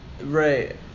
right